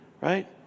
right